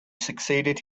succeeded